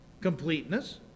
completeness